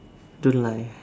don't lie